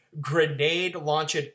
grenade-launched